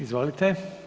Izvolite.